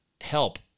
help